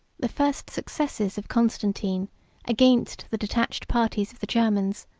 the first successes of constantine against the detached parties of the germans,